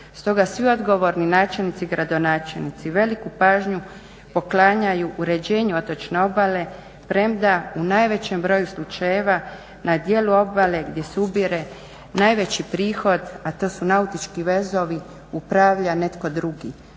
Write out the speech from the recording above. Stoga svi odgovorni načelnici, gradonačelnici veliku pažnju poklanjaju uređenju otočne obale premda u najvećem broju slučajeva na dijelu obale gdje se ubire najveći prihod, a to su nautički vezovi upravlja netko drugi